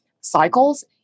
cycles